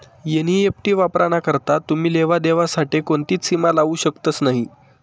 NEFT वापराना करता तुमी लेवा देवा साठे कोणतीच सीमा लावू शकतस नही